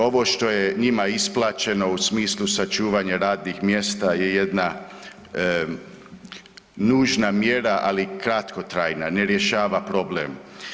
Ovo što je njima isplaćeno u smislu sačuvanja radnih mjesta je jedna nužna mjera, ali kratkotrajna, ne rješava problem.